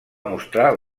mostrar